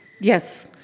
Yes